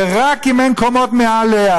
ורק אם אין קומות מעליה.